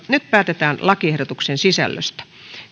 nyt päätetään lakiehdotuksen sisällöstä